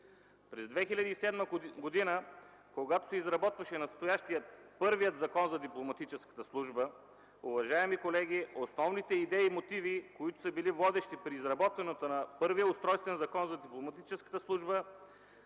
През 2007 г., когато се изработваше настоящият – първият Закон за дипломатическата служба, уважаеми колеги, основните идеи и мотиви, които са били водещи при изработването на първия Устройствен закон за дипломатическата служба,